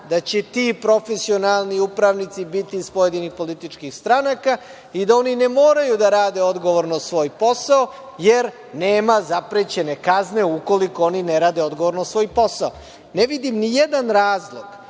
da će ti profesionalni upravnici biti iz pojedinih političkih stranaka i da oni ne moraju da rade odgovorno svoj posao, jer nema zaprećene kazne ukoliko oni ne rade odgovorno svoj posao? Ne vidim ni jedan razlog